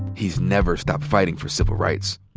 he's never stopped fighting for civil rights.